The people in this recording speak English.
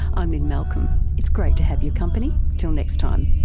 i'm lynne malcolm, it's great to have your company, till next time